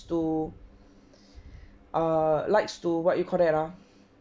to uh likes to what you call that ah